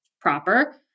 proper